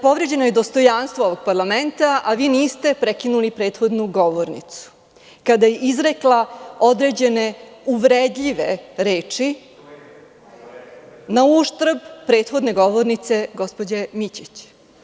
Povređeno je dostojanstvo ovog parlamenta a vi niste prekinuli prethodnu govornicu kada je izrekla određene uvredljive reči na uštrb prethodne govornice, gospođe Mićić.